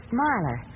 Smiler